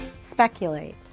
Speculate